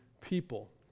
people